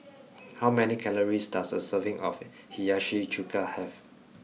how many calories does a serving of Hiyashi Chuka have